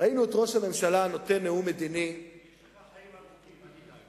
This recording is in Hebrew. יש לך חיים ארוכים.